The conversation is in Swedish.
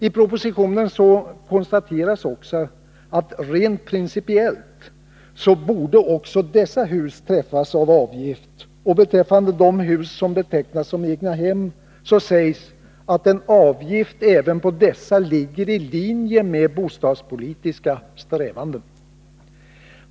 I propositionen konstateras också att rent principiellt borde även dessa hus träffas av avgift, och beträffande de hus som betecknas som egnahem sägs att en avgift även på dessa ligger i linje med bostadspolitiska strävanden.